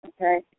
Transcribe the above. okay